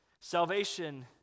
Salvation